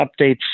updates